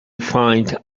find